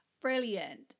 Brilliant